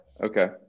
okay